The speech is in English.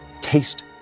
Taste